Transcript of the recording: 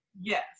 yes